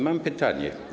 Mam pytanie.